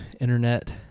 internet